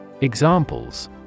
Examples